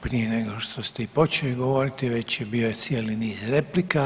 Prije nego što ste i počeli govoriti već je bio cijeli niz replika.